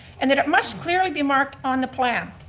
and that it must clearly be marked on the plan.